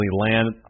land